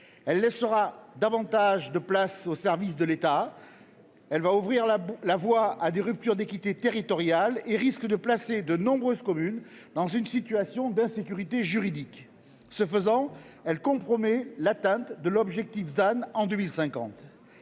une plus grande marge de manœuvre aux services de l’État, ouvrira la voie à des ruptures d’équité territoriale et risque de placer de nombreuses communes dans une situation d’insécurité juridique. En un mot, elle compromet l’atteinte de l’objectif ZAN en 2050.